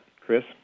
Chris